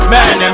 Man